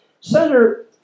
senator